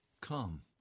Come